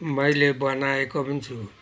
मैले बनाएको नि छु